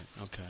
okay